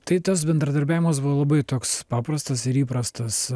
tai tas bendradarbiavimas buvo labai toks paprastas ir įprastas